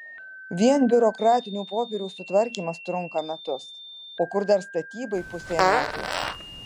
vien biurokratinių popierių sutvarkymas trunka metus o kur dar statybai pusė metų